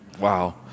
Wow